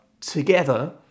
together